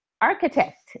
architect